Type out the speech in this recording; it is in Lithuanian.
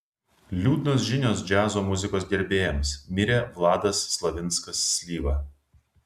liūdnos žinios džiazo muzikos gerbėjams mirė vladas slavinskas slyva